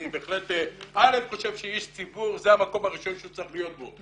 אני בהחלט חושב ש-א' איש ציבור זה המקום הראשון שהוא צריך להיות בו,